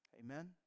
Amen